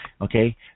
Okay